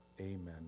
Amen